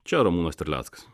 čia ramūnas terleckas